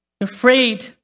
afraid